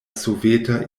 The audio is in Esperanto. soveta